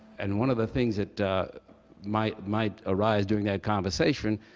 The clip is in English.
and one of the things that might might arise during that conversation,